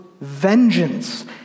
vengeance